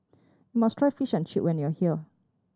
you must try Fish and Chip when you are here